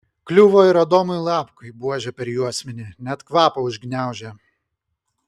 kliuvo ir adomui lapkui buože per juosmenį net kvapą užgniaužė